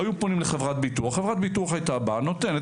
היו פונים לחברת ביטוח והיא הייתה נותנת,